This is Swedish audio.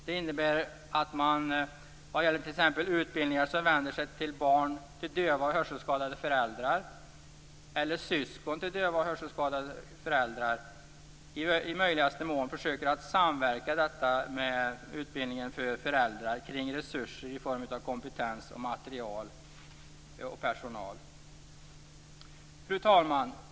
Det innebär att man, när det gäller t.ex. utbildningar som vänder sig till barn eller syskon till döva och hörselskadade föräldrar, i möjligaste mån skall försöka samverka i utbildningen för föräldrar kring resurser i form av kompetens, material och personal. Fru talman!